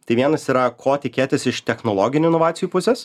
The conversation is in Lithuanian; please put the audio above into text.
tai vienas yra ko tikėtis iš technologinių inovacijų pusės